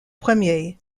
premier